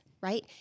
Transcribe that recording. right